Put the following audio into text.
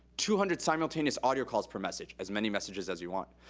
two hundred simultaneous audio calls per message, as many messages as you want.